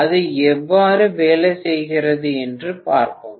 அது எவ்வாறு வேலை செய்கிறது என்று பார்ப்போம்